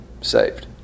saved